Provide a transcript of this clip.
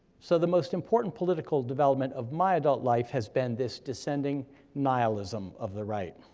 so the most important political development of my adult life has been this descending nihilism of the right.